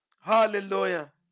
Hallelujah